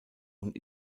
und